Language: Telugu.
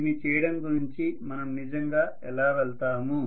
దీన్ని చేయడం గురించి మనం నిజంగా ఎలా వెళ్తాము